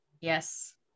yes